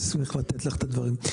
נשמח לתת לך את הדברים.